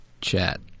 chat